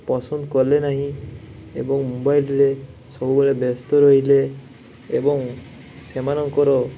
ପସନ୍ଦ କଲେ ନାହିଁ ଏବଂ ମୋବାଇଲ୍ରେ ସବୁବେଳେ ବ୍ୟସ୍ତ ରହିଲେ ଏବଂ ସେମାନଙ୍କର